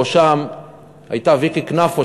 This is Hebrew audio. בראשן הייתה ויקי קנפו,